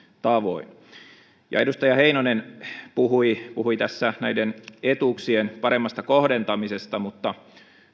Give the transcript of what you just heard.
tavoin edustaja heinonen puhui puhui näiden etuuksien paremmasta kohdentamisesta mutta